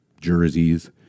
jerseys